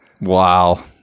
Wow